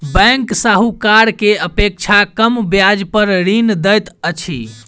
bank साहूकार के अपेक्षा कम ब्याज पर ऋण दैत अछि